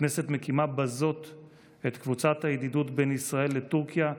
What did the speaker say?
הכנסת מקימה בזאת את קבוצת הידידות בין ישראל לטורקיה,